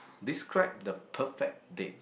describe the perfect date